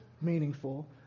meaningful